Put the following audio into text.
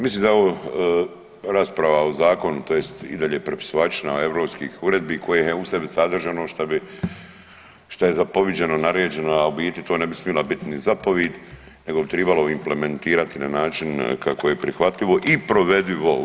Mislim da je ovo rasprava o zakonu tj. i dalje prepisivačina europskih uredbi koje u sebi sadrže ono što bi, šta je zapoviđeno, naređeno, a u biti to ne bi smila biti ni zapovid nego bi tribalo implementirati na način kako je prihvatljivo i provedivo.